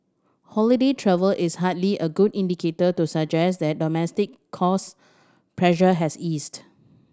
holiday travel is hardly a good indicator to suggest that domestic cost pressure has eased